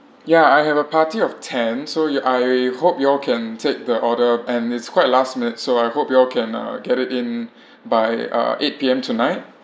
ya I have a party of ten so you I hope you all can take the order and it's quite last minute so I hope you all can uh get it in by uh eight P_M tonight